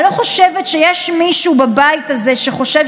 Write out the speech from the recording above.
אני לא חושבת שיש מישהו בבית הזה שחושב